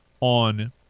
on